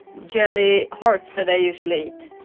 jelly hearts that i usually eat,